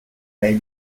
may